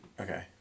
Okay